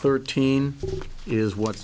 thirteen is what